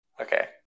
Okay